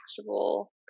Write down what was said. actual